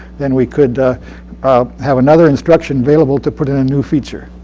then we could have another instruction available to put in a new feature.